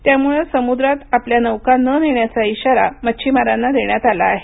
त्यामुळं समुद्रात आपल्या नौका न नेण्याचा इशारा मच्छीमारांना देण्यात आला आहे